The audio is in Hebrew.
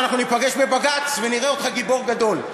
ואנחנו ניפגש בבג"ץ ונראה אותך גיבור גדול.